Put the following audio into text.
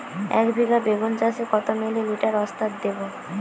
একবিঘা বেগুন চাষে কত মিলি লিটার ওস্তাদ দেবো?